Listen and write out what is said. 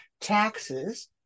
taxes